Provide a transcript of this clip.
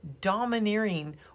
domineering